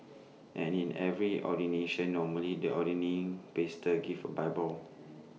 and in every ordination normally the ordaining pastor gives A bible